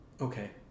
okay